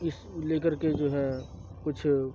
اس لے کر کے جو ہے کچھ